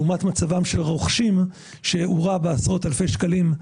לעומת מצבם של רוכשים שהורע בעשרות אלפי שקלים.